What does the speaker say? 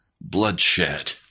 bloodshed